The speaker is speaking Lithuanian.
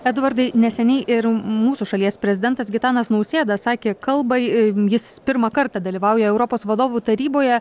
edvardai neseniai ir mūsų šalies prezidentas gitanas nausėda sakė kalbą jis pirmą kartą dalyvauja europos vadovų taryboje